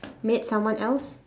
made someone else